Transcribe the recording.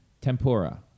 Tempura